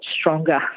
stronger